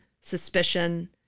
suspicion